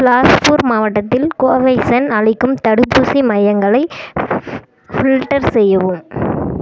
பிலாஸ்பூர் மாவட்டத்தில் கோவேக்ஷன் அளிக்கும் தடுப்பூசி மையங்களை ஃபில்டர் செய்யவும்